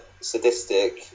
sadistic